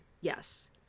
yes